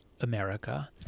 America